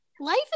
life